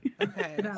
Okay